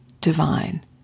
divine